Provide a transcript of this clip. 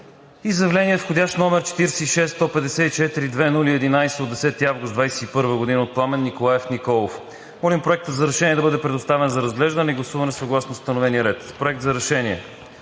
заявление, вх. № 46-154-00-11 от 10 август 2021 г., от Пламен Николаев Николов. Молим Проектът за решение да бъде предоставен за разглеждане и гласуване съгласно установения ред. „Проект! РЕШЕНИЕ